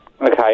Okay